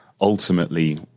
ultimately